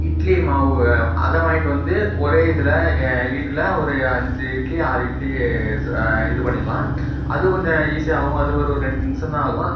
இட்லி மாவு அதை வாங்கிகிட்டு வந்து ஒரே இதில் ஈடில் ஒரு அஞ்சு இட்லி ஆறு இட்லி இது பண்ணிடலாம் அது கொஞ்சம் ஈசியாகவும் அது ஒரு ஒரு ரெண்டு நிமிஷம் தான் ஆகும்